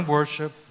worship